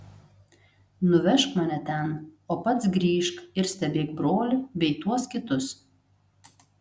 nuvežk mane ten o pats grįžk ir stebėk brolį bei tuos kitus